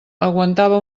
aguantava